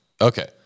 Okay